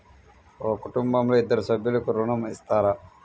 ఒక కుటుంబంలో ఇద్దరు సభ్యులకు ఋణం ఇస్తారా?